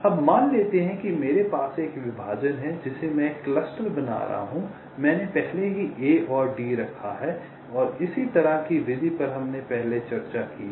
अब मान लेते हैं कि मेरे पास एक विभाजन है जिसे मैं एक क्लस्टर बना रहा हूं मैंने पहले ही A और D रखा है इसी तरह की विधि पर हमने पहले चर्चा की है